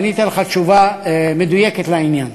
ואני אתן לך תשובה מדויקת לעניין.